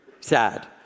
sad